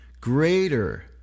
greater